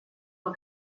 del